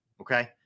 okay